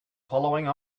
following